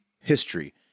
history